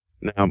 Now